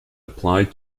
applied